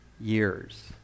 years